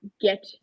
get